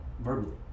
verbally